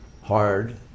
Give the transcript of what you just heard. hard